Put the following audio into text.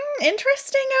Interesting